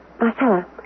Marcella